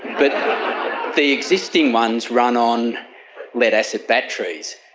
but the existing ones run on lead acid batteries.